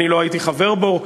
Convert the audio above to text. אני לא הייתי חבר בו,